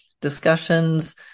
discussions